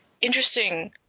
interesting